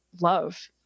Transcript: love